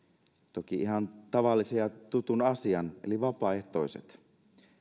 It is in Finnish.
toki ihan tavallisen ja tutun asian eli vapaaehtoiset